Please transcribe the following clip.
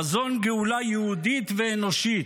חזון גאולה יהודית ואנושית.